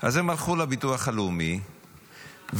אז הם הלכו לביטוח הלאומי והחליטו